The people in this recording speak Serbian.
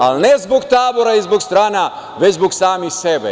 Ali, ne zbog tabora i zbog strana već zbog samih sebe.